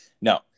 No